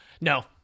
No